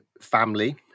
family